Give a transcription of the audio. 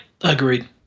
Agreed